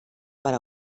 per